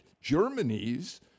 Germany's